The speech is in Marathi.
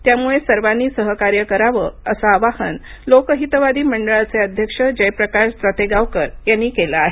त्यामुळे सर्वांनी सहकार्य करावं असं आवाहन लोकहितवादी मंडळाचे अध्यक्ष जयप्रकाश जतेगावकर यांनी केलं आहे